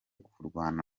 kurwana